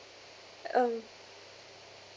um